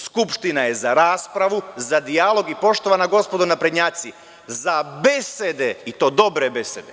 Skupština je za raspravu, za dijalog i, poštovana gospodo naprednjaci, za besede, i to dobre besede.